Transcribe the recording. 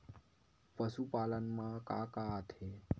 पशुपालन मा का का आथे?